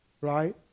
right